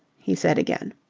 he said again.